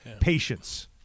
patience